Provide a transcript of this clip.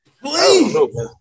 Please